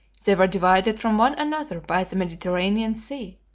they were divided from one another by the mediterranean sea,